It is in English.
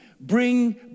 bring